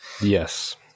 Yes